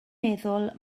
meddwl